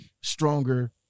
stronger